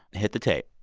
hit the tape